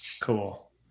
Cool